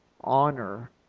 honor